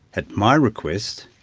at my request,